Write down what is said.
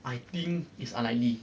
I think it's unlikely